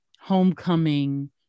homecoming